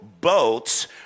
boats